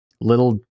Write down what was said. little